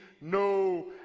no